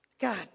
God